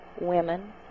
women